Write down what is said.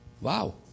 Wow